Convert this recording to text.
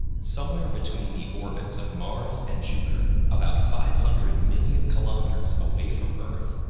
somewhere between the orbits of mars and jupiter, about five hundred million kilometers away from earth,